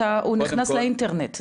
הוא נכנס לאינטרנט,